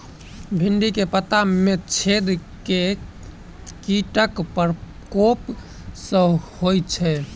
भिन्डी केँ पत्ता मे छेद केँ कीटक प्रकोप सऽ होइ छै?